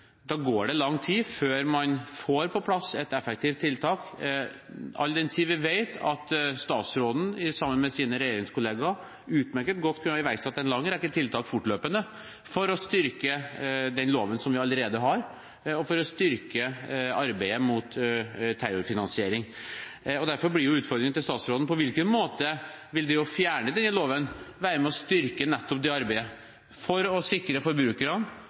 statsråden sammen med sine regjeringskolleger utmerket godt kunne ha iverksatt en lang rekke tiltak fortløpende for å styrke den loven som vi allerede har, og for å styrke arbeidet mot terrorfinansiering. Derfor blir utfordringen til statsråden: På hvilken måte vil det å fjerne denne loven være med og styrke nettopp det arbeidet – for å sikre forbrukerne,